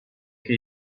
che